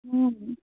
হুম